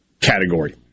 category